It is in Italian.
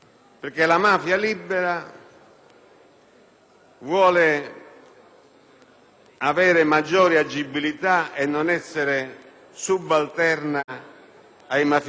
vuole avere maggiore agibilità e non essere subalterna ai mafiosi in carcere.